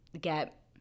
get –